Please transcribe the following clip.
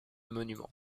monuments